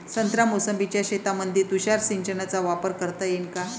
संत्रा मोसंबीच्या शेतामंदी तुषार सिंचनचा वापर करता येईन का?